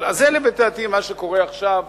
אז זה לדעתי מה שקורה עכשיו,